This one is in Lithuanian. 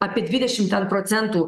apie dvidešim ten procentų